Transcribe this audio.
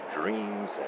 dreams